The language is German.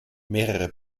mehrere